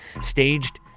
staged